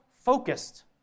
focused